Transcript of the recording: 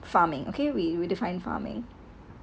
farming okay we define farming